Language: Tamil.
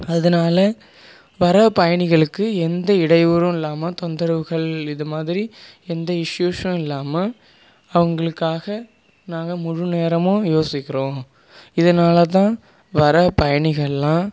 அதனால் வர பயணிகளுக்கு எந்த இடையூறும் இல்லாமல் தொந்தரவுகள் இது மாதிரி எந்த இஸ்யூஸும் இல்லாமல் அவங்களுக்காக நாங்கள் முழு நேரமும் யோசிக்கிறோம் இதனால் தான் வர பயணிகள்லாம்